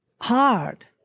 hard